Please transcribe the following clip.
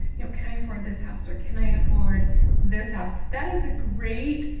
you know, can i afford this house? or can i afford this house? that is a great,